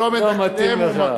לא מתאים לך.